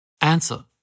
Answer